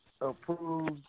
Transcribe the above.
approved